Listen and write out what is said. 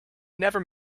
never